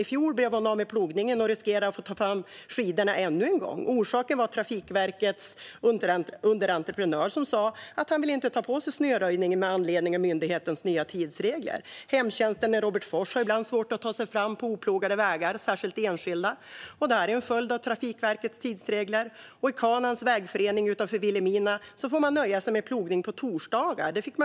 I fjol blev hon av med plogningen och riskerar att få ta fram skidorna ännu en gång. Orsaken var att Trafikverkets underentreprenör inte ville ta på sig snöröjningen med anledning av myndighetens nya tidsregler. Hemtjänsten i Robertsfors har ibland svårt att ta sig fram på oplogade vägar, särskilt enskilda vägar. Det här är en följd av Trafikverkets tidsregler. I Kanaans vägförening utanför Vilhelmina fick man förra vintern nöja sig med plogning på torsdagar.